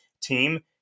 team